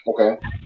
Okay